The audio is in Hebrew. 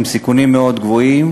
עם סיכונים מאוד גבוהים.